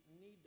need